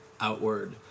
outward